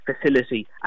facility